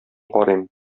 карыйм